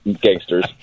gangsters